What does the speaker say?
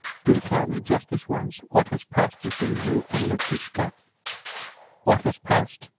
do tell me just this once what has passed between you and lukishka what has passed?